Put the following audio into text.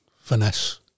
finesse